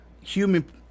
human